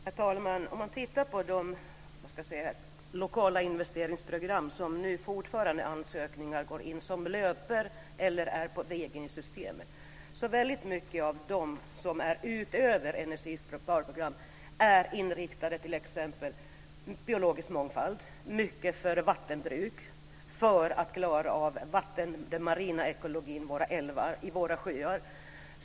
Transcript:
Herr talman! Om man tittar på de lokala investeringsprogram till vilka fortfarande ansökningar går in som löper eller är på väg in i systemet så är väldigt mycket av dem som finns utöver energisparprogrammen inriktade mot t.ex. biologisk mångfald och mycket för vattenbruk för att klara den marina ekologin i våra älvar och våra sjöar.